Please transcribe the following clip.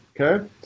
okay